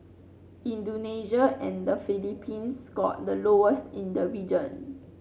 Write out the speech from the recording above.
Indonesia and the Philippines scored the lowest in the region